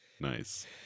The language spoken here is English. Nice